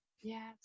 yes